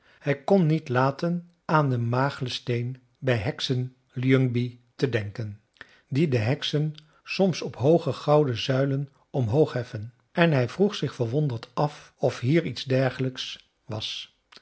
hij kon niet laten aan den magle steen bij heksen ljungby te denken die de heksen soms op hooge gouden zuilen omhoog heffen en hij vroeg zich verwonderd af of hier iets dergelijks was